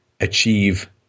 achieve